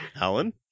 alan